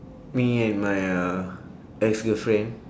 me and my uh ex-girlfriend